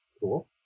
Cool